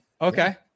Okay